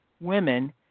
women